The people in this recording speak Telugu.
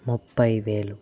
ముప్పై వేలు